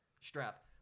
strap